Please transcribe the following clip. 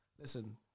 listen